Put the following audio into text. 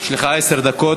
מיכאלי, יש לך עשר דקות.